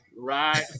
Right